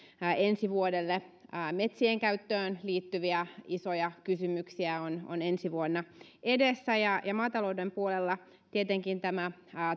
ensi vuodelle metsien käyttöön liittyviä isoja kysymyksiä on on ensi vuonna edessä ja ja maatalouden puolella tietenkin tämä